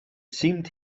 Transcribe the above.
seemed